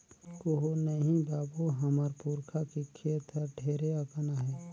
कुहू नइ बाबू, हमर पुरखा के खेत हर ढेरे अकन आहे